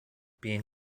being